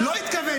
לא התכוון.